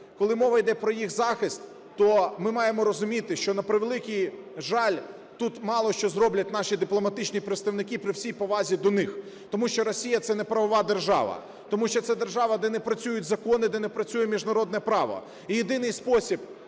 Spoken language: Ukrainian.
коли мова йде про їх захист, то ми маємо розуміти, що, на превеликий жаль, тут мало що зроблять наші дипломатичні представники, при всій повазі до них. Тому що Росія – це не правова держава, тому що це держава, де не працюють закони, де не працює міжнародне право.